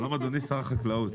שלום אדוני שר החקלאות.